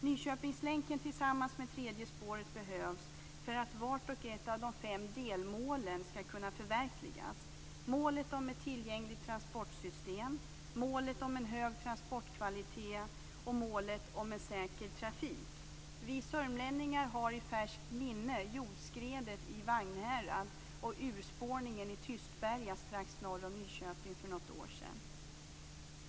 Nyköpingslänken, tillsammans med tredje spåret, behövs för att vart och ett av de fem delmålen skall kunna förverkligas, av vilka tre är följande: - målet om en hög transportkvalitet och Vi sörmlänningar har i färskt minne jordskredet i Vagnhärad och urspårningen i Tystberga strax norr om Nyköping för något år sedan.